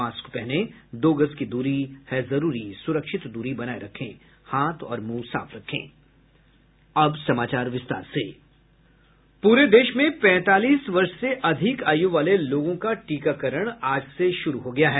mask पहनें दो गज दूरी है जरूरी सुरक्षित दूरी बनाये रखें हाथ और मुंह साफ रखें अब समाचार विस्तार से पूरे देश में पैंतालीस वर्ष से अधिक आयु वाले लोगों का टीकाकरण आज से शुरू हो गया है